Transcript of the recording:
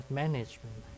management